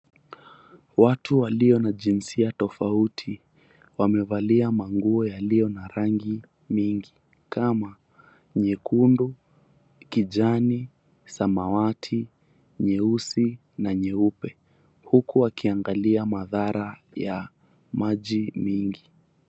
Watu walio na jinsia tofauti wamevalia manguo yaliyo na rangi mingi kama nyekundu, kijani, samawati, nyeusi na nyeupe huku wakiangalia madhara ya maji mingi.